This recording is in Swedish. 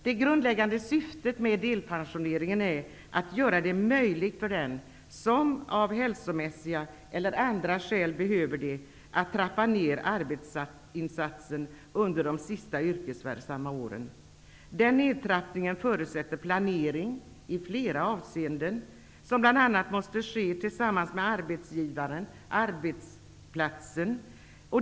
Det grundläggande syftet med delpensioneringen är att göra det möjligt för den som av hälsomässiga eller andra skäl behöver trappa ner arbetsinsatsen under de sista yrkesverksamma åren. Den nedtrappningen förutsätter planering i flera avseenden, som bl.a. måste ske tillsammans med arbetsgivaren och övriga på arbetsplatsen.